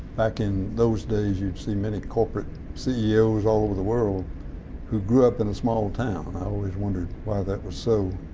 back in those days you'd see many corporate ceo's all over the world who grew up in a small town. i always wondered why that was so.